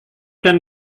dan